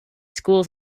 schools